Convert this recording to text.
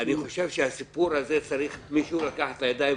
אני חושב שאת הסיפור הזה צריך מישהו לקחת לידיים.